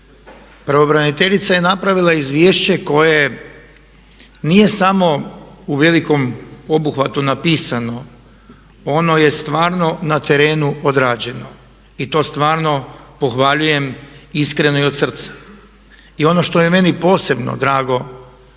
Pravobraniteljica je napravila izvješće koje nije samo u velikom obuhvatu napisano, ono je stvarno na terenu odrađeno i to stvarno pohvaljujem iskreno i od srca. I ono što je meni posebno drago